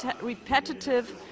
repetitive